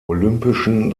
olympischen